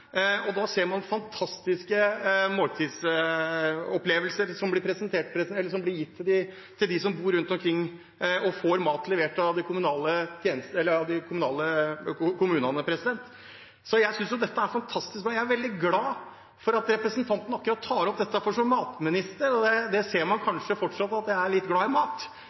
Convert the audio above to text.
og da ser man at fantastiske måltidsopplevelser blir gitt til dem som bor rundt omkring og får mat levert av kommunene. Så jeg synes dette er fantastisk bra. Jeg er veldig glad for at representanten tar opp akkurat dette, for som matminister – man ser kanskje fortsatt at jeg er litt glad i mat